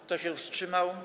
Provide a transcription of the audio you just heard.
Kto się wstrzymał?